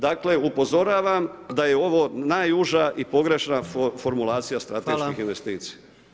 Dakle, upozoravam da je ovo najuža i pogrešna formulacija strateških investicija.